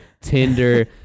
Tinder